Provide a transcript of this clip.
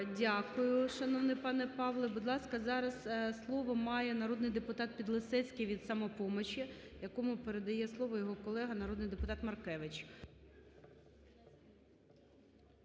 Дякую, шановний пане Павле. Будь ласка, зараз слово має народний депутат Підлісецький від "Самопомочі", якому передає слово його колега, народний депутат Маркевич.